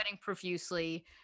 profusely